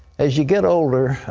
as you get older,